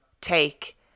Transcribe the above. take